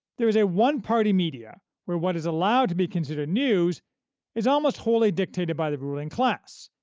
there is a one-party media where what is allowed to be considered news is almost wholly dictated by the ruling class,